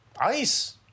ice